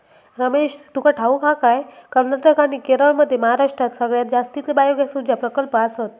रमेश, तुका ठाऊक हा काय, कर्नाटक आणि केरळमध्ये महाराष्ट्रात सगळ्यात जास्तीचे बायोगॅस ऊर्जा प्रकल्प आसत